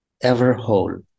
ever-whole